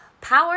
power